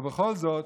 אבל בכל זאת,